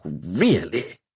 really